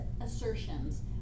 assertions